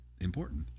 important